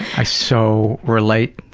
i so relate.